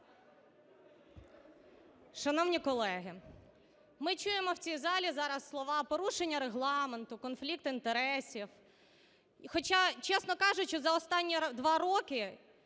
Шановні колеги, ми чуємо в цій залі зараз слова: порушення Регламенту, конфлікт інтересів, хоча, чесно кажучи, за останні два роки